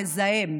המזהם,